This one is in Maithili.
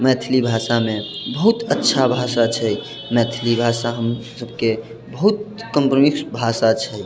मैथिली भाषामे बहुत अच्छा भाषा छै मैथिली भाषा हमसभके बहुत कप्रमिक्स भाषा छै